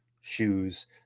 shoes